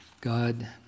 God